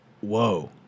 Whoa